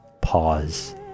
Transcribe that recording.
pause